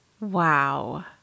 Wow